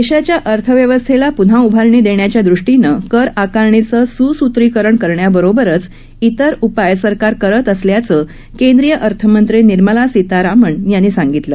देशाच्या अर्थव्यवस्थेला पुन्हा उभारणी देण्याच्या दृष्टीनं कर आकारणीचं सुसूत्रीकरण करण्याबरोबरच त्रिर उपाय सरकार करत असल्याचं केंद्रीय अर्थमंत्री निर्मला सीतारामन यांनी सांगितलं